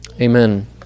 Amen